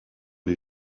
les